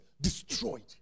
Destroyed